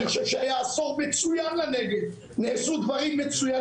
הלא מוסדרים מוניציפאלית.